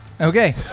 Okay